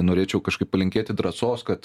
norėčiau kažkaip palinkėti drąsos kad